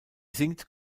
singt